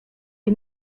wie